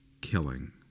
killing